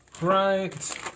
Right